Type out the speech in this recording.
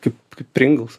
kaip pringles